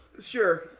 Sure